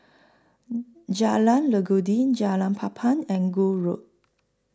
Jalan Legundi Jalan Papan and Gul Road